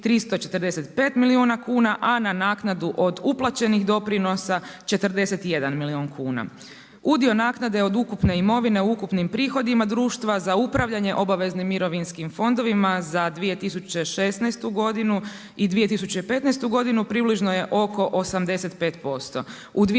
345 milijuna kuna, a na naknadu od uplaćenih doprinosa 41 milijun kuna. Udio naknade od ukupne imovine u ukupnim prihodima društva za upravljanje obveznim mirovinskim fondovima za 2016. godinu, i 2015. godinu, približno je oko 85%.